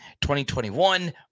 2021